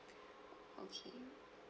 okay